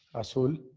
azul.